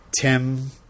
Tim